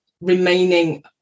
remaining